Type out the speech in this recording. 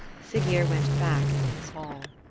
siggeir went back into his hall.